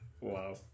Wow